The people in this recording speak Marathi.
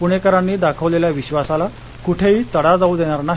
पूणेकरांनी दाखवलेल्या विश्वासाला कुठेही तडा जाऊ देणार नाही